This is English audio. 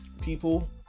people